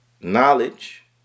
knowledge